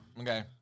Okay